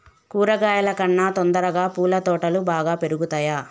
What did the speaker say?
కూరగాయల కన్నా తొందరగా పూల తోటలు బాగా పెరుగుతయా?